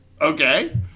okay